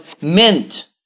mint